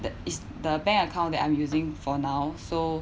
that is the bank account that I'm using for now so